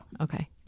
Okay